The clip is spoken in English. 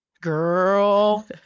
Girl